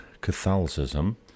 Catholicism